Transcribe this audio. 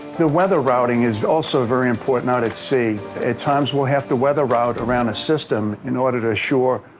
the weather routing is also very important out at sea. at times we'll have to weather route around a system in order to ensure, ah,